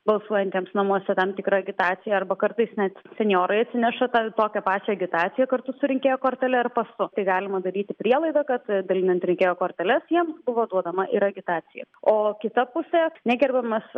balsuojantiems namuose tam tikrą agitaciją arba kartais net senjorai atsineša tą tokią pačią agitaciją kartu su rinkėjo kortele ar pasu tai galima daryti prielaidą kad dalinant rinkėjo korteles jiems buvo duodama ir agitacija o kita pusė negerbiamas